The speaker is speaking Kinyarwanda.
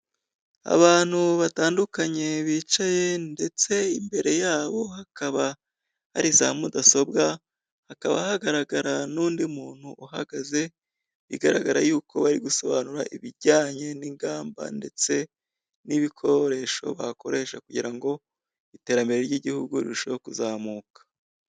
Abantu batandukanye bicaye ndetse imbere yabo hakaba hari za mudasobwa, hakaba hagaragara nundi muntu uhagaze bigaragara yuko ari gusobanura ibijyanye n'ingamba ndetse n'ibikoresho bakoresha kugirango iterambere ry'igihugu rirusheho kuzamuka